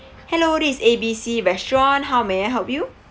hello this is A B C restaurant how may I help you